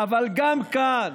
אבל גם כאן